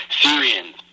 Syrians